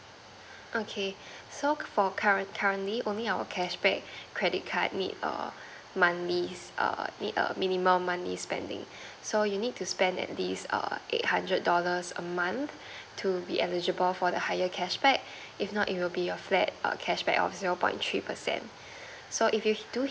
okay so for current currently only our cash back credit card need err monthly err need a minimum monthly spending so you need to spend at least err eight hundred dollars a month to be eligible for the higher cash back if not it would be a flat err cash back of your point of three percent so if you to